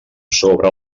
sobre